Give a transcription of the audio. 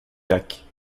lac